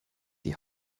die